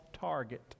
target